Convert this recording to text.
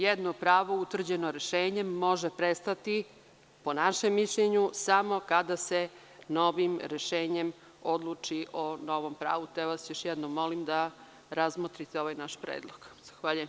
Jedno pravo utvrđeno rešenjem može prestati, po našem mišljenju, samo kada se novim rešenjem odluči o novom pravu, te vas još jednom molim da razmotrite ovaj naš predlog.